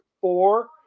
four